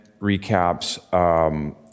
recaps